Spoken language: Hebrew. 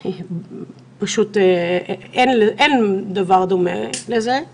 חיינו, אין דבר דומה לתלות במכשיר.